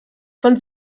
von